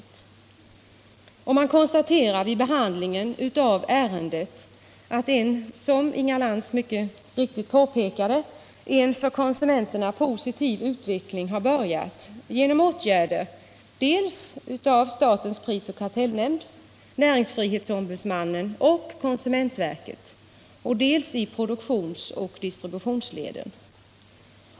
Utskottet konstaterade vid behandlingen av ärendet, som Inga Lantz mycket riktigt påpekade, att en för konsumenterna positiv utveckling har börjat genom åtgärder som vidtagits dels av statens prisoch kartellnämnd, näringsfrihetsombudsmannen och konsumentverket, dels i produktionsoch distributionsleden.